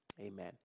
amen